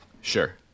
Sure